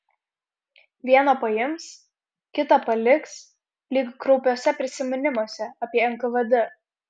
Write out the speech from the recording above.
vieną paims kitą paliks lyg kraupiuose prisiminimuose apie nkvd